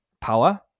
power